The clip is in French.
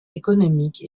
économique